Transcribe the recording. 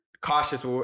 cautious